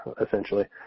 essentially